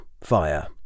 fire